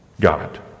God